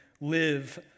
live